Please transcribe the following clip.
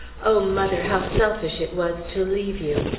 o mother, how selfish it was to leave you!